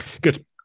Good